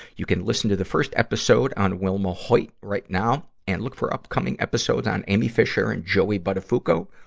you can listen to the first episode on wilma hoyt right now. and look for upcoming episodes on amy fisher and joey buttafuoco,